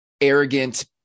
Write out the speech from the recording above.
arrogant